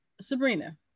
Sabrina